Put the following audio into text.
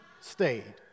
stayed